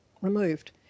removed